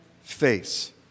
face